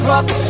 Rock